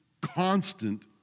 constant